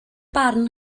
barn